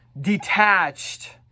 detached